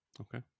Okay